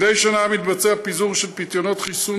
מדי שנה מתבצע פיזור של פיתיונות חיסון